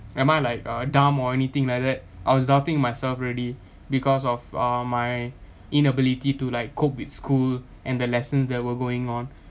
am I like a dumb or anything like that I was doubting myself already because of uh my inability to like cope with school and the lessons that were going on